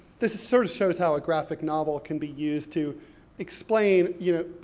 this sort of shows how a graphic novel can be used to explain, you know,